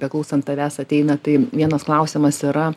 beklausant tavęs ateina tai vienas klausimas yra